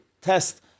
test